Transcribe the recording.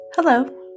Hello